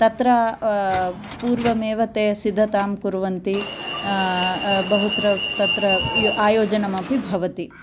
तत्र पूर्वमेव ते सिद्धतां कुर्वन्ति बहुत्र अत्र तत्र आयोजनम् अपि भवति